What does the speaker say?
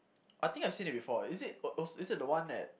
I think I've seen it before is it uh uh is it the one that